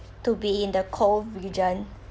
to be in the cold region